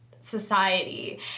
society